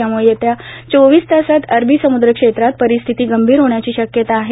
यामूळं येत्या चोवीस तासात अरबी समुद्र क्षेत्रात परिस्थिती गंभीर होण्याची शक्यता आहे